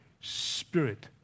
Spirit